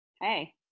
Hey